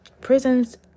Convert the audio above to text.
prisons